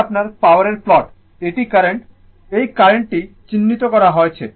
এটি আপনার পাওয়ারের প্লট এটি কারেন্ট এই কারেন্টটি চিহ্নিত করা হয়েছে